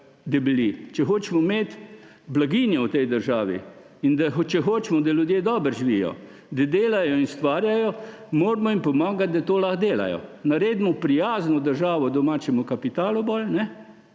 debeli. Če hočemo imeti blaginjo v tej državi in če hočemo, da ljudje dobro živijo, da delajo in ustvarjajo, jim moramo pomagati, da to lahko delajo. Naredimo bolj prijazno državo domačemu kapitalu, bolj